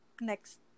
next